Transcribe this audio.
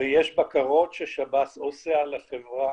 ויש בקרות ששב"ס עושה על החברה